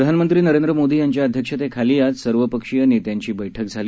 प्रधानमंत्रीनरेंद्रमोदीयांच्याअध्यक्षतेखालीआजसर्वपक्षीयनेत्यांचीबैठकझाली